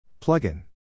Plugin